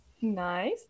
Nice